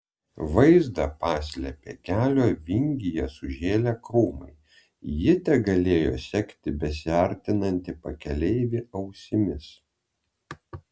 vaizdą paslėpė kelio vingyje sužėlę krūmai ji tegalėjo sekti besiartinantį pakeleivį ausimis